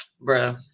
Bro